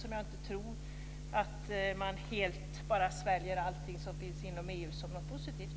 Jag tror inte att man helt sväljer allting som finns inom EU som någonting positivt.